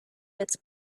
its